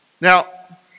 Now